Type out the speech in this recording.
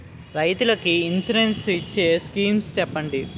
రైతులు కి ఇన్సురెన్స్ ఇచ్చే స్కీమ్స్ చెప్పండి?